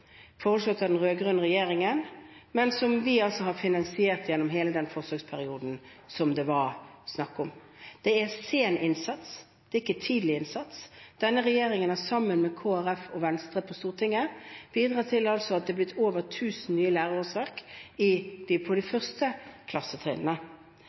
foreslått av den rød-grønne regjeringen, men vi har finansiert den gjennom hele den forsøksperioden som det var snakk om. Dette er sen innsats, det er ikke tidlig innsats. Denne regjeringen har, sammen med Kristelig Folkeparti og Venstre på Stortinget, bidratt til at det har blitt over 1 000 nye lærerårsverk på de